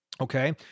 okay